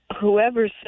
Whoever